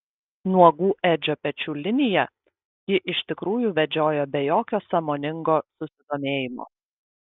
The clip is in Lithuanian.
nuogų edžio pečių liniją ji iš tikrųjų vedžiojo be jokio sąmoningo susidomėjimo